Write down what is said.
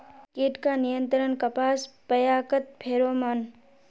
कीट का नियंत्रण कपास पयाकत फेरोमोन?